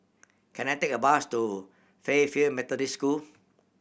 can I take a bus to Fairfield Methodist School